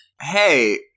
Hey